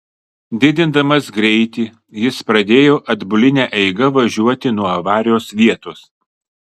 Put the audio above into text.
didindamas greitį jis pradėjo atbuline eiga važiuoti nuo avarijos vietos